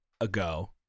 ago